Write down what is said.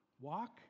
Walk